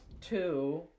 two